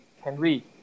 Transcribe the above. Henry